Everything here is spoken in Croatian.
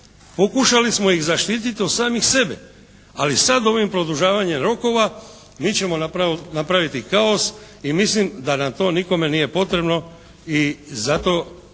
Pokušali smo ih zaštititi od samih sebe. Ali sad ovim produžavanjem rokova, mi ćemo napraviti kaos i mislim da nam to nikome nije potrebno i zato imao